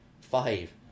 Five